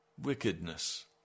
wickedness